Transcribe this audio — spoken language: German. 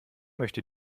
möchte